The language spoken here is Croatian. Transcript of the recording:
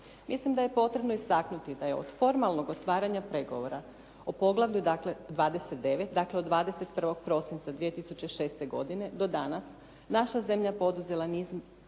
Mislim da je potrebno istaknuti da je od formalnog otvaranja pregovora o poglavlju dakle, 29. dakle od 21. prosinca 2006. godine do danas naša zemlja poduzela niz